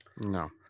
No